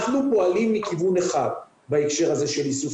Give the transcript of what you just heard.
אנחנו פועלים מכיוון אחד בהקשר הזה של איסוף